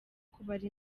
kubara